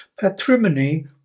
Patrimony